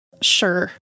Sure